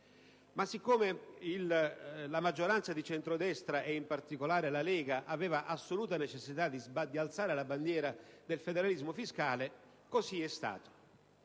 Ma poiché la maggioranza del centrodestra, in particolare la Lega, avevano assoluta necessità di alzare la bandiera del federalismo fiscale, così è stato.